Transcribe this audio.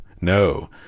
No